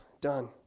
done